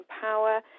power